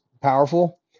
powerful